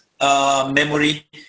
memory